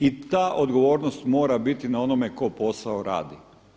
I ta odgovornost mora biti na onome tko posao radi.